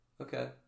Okay